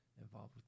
involved